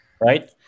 right